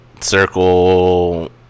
circle